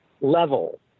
level